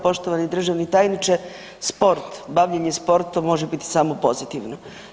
Poštovani državni tajniče, sport, bavljenje sportom može biti samo pozitivno.